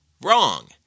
Wrong